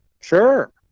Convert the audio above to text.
Sure